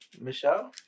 Michelle